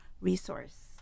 resource